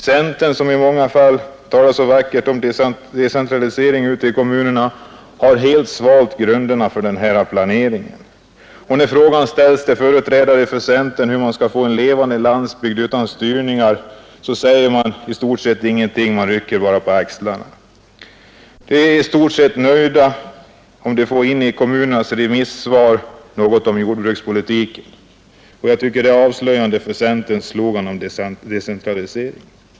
Centern, som i många fall talar så vackert om decentralisering, har ute i kommunerna helt svalt grunderna för denna planering. När frågan ställts till företrädare för centern, hur man skall kunna få en levande landsbygd utan styrningar, har dessa inte haft något svar. De har bara ryckt på axlarna. I stort sett har de varit nöjda bara det stått något om jordbrukspolitiken i kommunernas remissvar. Jag tycker att det är avslöjande om centerns slogan om decentralisering.